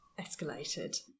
escalated